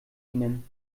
ihnen